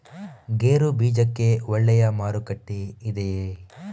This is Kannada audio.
ಗೇರು ಬೀಜಕ್ಕೆ ಒಳ್ಳೆಯ ಮಾರುಕಟ್ಟೆ ಇದೆಯೇ?